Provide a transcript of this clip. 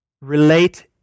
Relate